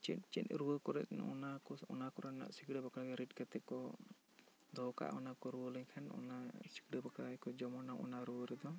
ᱪᱮᱫ ᱪᱮᱫ ᱨᱩᱣᱟᱹ ᱠᱚᱨᱮ ᱚᱱᱟ ᱠᱚ ᱨᱮᱱᱟᱜ ᱥᱤᱠᱲᱟ ᱵᱟᱠᱲᱟ ᱠᱚ ᱨᱤᱫ ᱠᱟᱛᱮ ᱠᱚ ᱫᱚᱦᱟ ᱠᱟᱜᱼᱟ ᱚᱱᱟ ᱠᱚ ᱨᱩᱣᱟᱹ ᱞᱮᱱ ᱠᱷᱟᱱ ᱚᱱᱟ ᱥᱤᱠᱲᱟ ᱵᱟᱠᱲᱟ ᱜᱮ ᱠᱚ ᱡᱚᱢᱟ ᱚᱱᱟ ᱨᱩᱣᱟᱹ ᱨᱮᱫᱚ